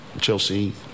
Chelsea